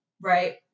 right